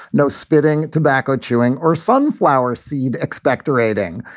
no spitting, tobacco chewing or sunflower seed expectorating.